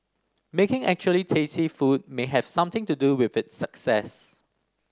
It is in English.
making actually tasty food may have something to do with its success